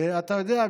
ואתה יודע,